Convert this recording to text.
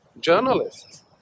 journalists